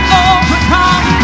overcome